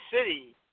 City